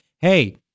hey